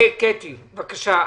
קטי, בבקשה.